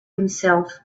himself